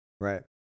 Right